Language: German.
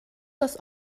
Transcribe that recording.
das